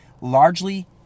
largely